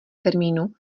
termínu